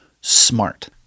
smart